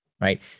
right